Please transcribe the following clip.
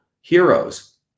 heroes